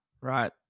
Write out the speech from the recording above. right